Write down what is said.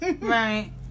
Right